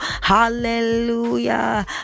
hallelujah